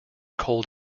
cold